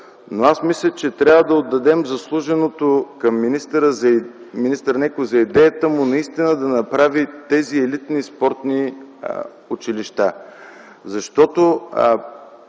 но мисля, че трябва да отдадем заслуженото на министър Нейков за идеята му да направи тези елитни спортни училища.